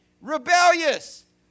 Rebellious